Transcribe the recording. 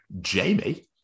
Jamie